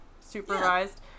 supervised